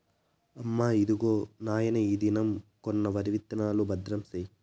అమ్మా, ఇదిగో నాయన ఈ దినం కొన్న వరి విత్తనాలు, భద్రం సేయి